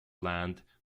land